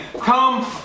come